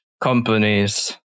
companies